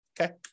okay